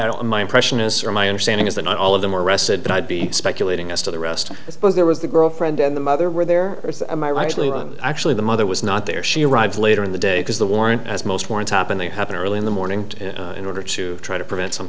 don't my impression is or my understanding is that not all of them were arrested but i'd be speculating as to the rest because there was the girlfriend and the mother were there actually actually the mother was not there she arrived later in the day because the warrant as most wore on top and they happen early in the morning in order to try to prevent some